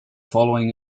following